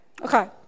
Okay